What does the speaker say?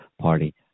party